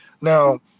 Now